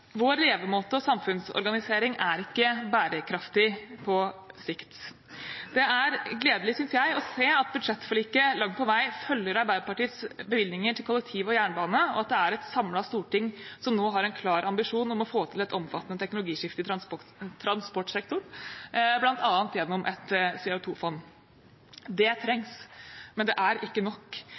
Vår levemåte og samfunnsorganisering er ikke bærekraftig på sikt. Det er gledelig, synes jeg, å se at budsjettforliket langt på vei følger Arbeiderpartiets bevilgninger til kollektivområdet og jernbane, og at det er et samlet storting som nå har en klar ambisjon om å få til et omfattende teknologiskifte i transportsektoren, bl.a. gjennom et CO 2 -fond. Det trengs. Men det er ikke nok.